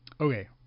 Okay